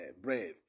breath